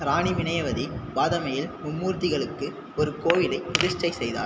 ராணி வினயவதி பாதாமியில் மும்மூர்த்திகளுக்கு ஒரு கோவிலை பிரதிஷ்டை செய்தார்